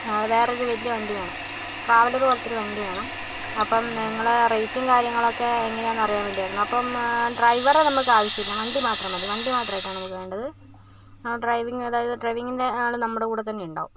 വേറെ ഒരു വലിയ വണ്ടി വേണം ട്രാവലർ പോലത്തെ ഒരു വണ്ടി വേണം അപ്പോൾ നിങ്ങളെ റേറ്റും കാര്യങ്ങളൊക്കെ എങ്ങനെയാണ് എന്ന് അറിയാൻ വേണ്ടിയായിരുന്നു അപ്പോൾ ഡ്രൈവറെ നമുക്ക് ആവശ്യമില്ല വണ്ടി മാത്രം മതി വണ്ടി മാത്രമായിട്ടാണ് നമുക്ക് വേണ്ടത് ഡ്രൈവിംഗ് അതായത് ഡ്രൈവിംഗിന് ആൾ നമ്മുടെ കൂടെ തന്നെ ഉണ്ടാകും